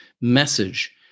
message